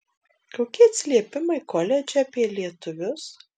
kokie atsiliepimai koledže apie lietuvius